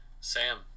Sam